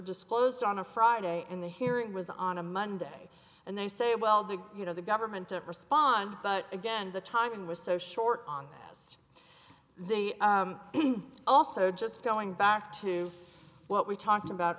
disclosed on a friday and the hearing was on a monday and they say well the you know the government to respond but again the timing was so short on the sets they also just going back to what we talked about